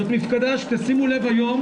זאת מפקדה, שתשימו לב, היום,